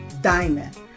diamond